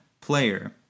player